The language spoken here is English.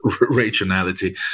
rationality